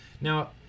now